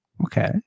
Okay